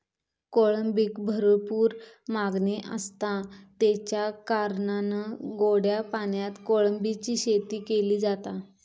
कोळंबीक भरपूर मागणी आसता, तेच्या कारणान गोड्या पाण्यात कोळंबीची शेती केली जाता